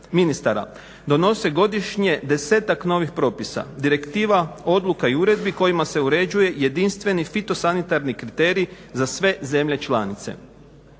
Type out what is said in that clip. ministara donose godišnje desetak novih propisa, direktiva, odluka i uredbi kojima se uređuje jedinstveni fitosanitarni kriterij za sve zemlje članice.